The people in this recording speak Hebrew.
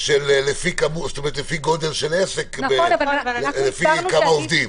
שזה לפי גודל העסק ולפי מספר העובדים.